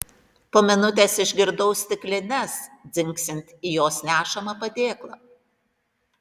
po minutės išgirdau stiklines dzingsint į jos nešamą padėklą